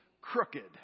crooked